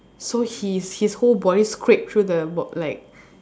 so he's he's whole body scrape through the bo~ like